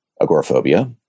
agoraphobia